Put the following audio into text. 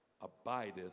abideth